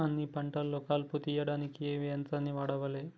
అన్ని పంటలలో కలుపు తీయనీకి ఏ యంత్రాన్ని వాడాలే?